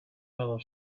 metal